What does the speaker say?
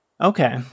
Okay